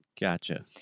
Gotcha